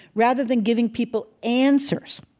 rather than giving people answers.